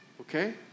okay